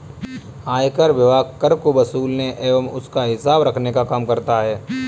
आयकर विभाग कर को वसूलने एवं उसका हिसाब रखने का काम करता है